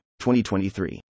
2023